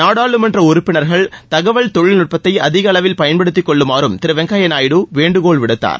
நாடாளுமன்ற உறுப்பினர்கள் தகவல் தொழில்நுட்பத்தை அதிக அளவில் பயன்படுத்திக் கொள்ளுமாறும் திரு வெங்கய்ய நாயுடு வேண்டுகோள் விடுத்தார்